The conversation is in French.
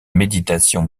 méditation